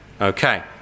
Okay